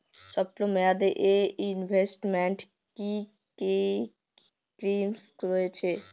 স্বল্পমেয়াদে এ ইনভেস্টমেন্ট কি কী স্কীম রয়েছে?